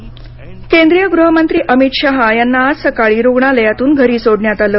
अमित शाह केंद्रीय गृह मंत्री अमित शहा यांना आज सकाळी रुग्णालयातून घरी सोडण्यात आलं